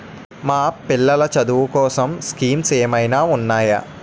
మా పిల్లలు చదువు కోసం స్కీమ్స్ ఏమైనా ఉన్నాయా?